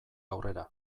aurrera